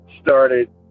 started